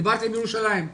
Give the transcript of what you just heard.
דיברתי עם ירושלים.